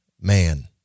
man